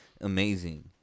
amazing